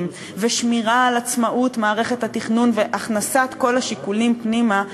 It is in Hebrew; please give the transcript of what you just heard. ושמירה על עצמאות מערכת התכנון והכנסת כל השיקולים פנימה,